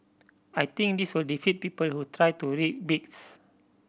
I think this will defeat people who try to rig bids